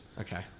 okay